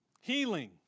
healing